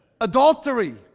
adultery